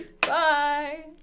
Bye